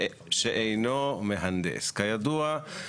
שאינו מהנדס, כידוע.